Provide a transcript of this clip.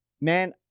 Man